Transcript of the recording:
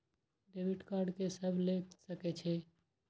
Debit card के सब ले सके छै?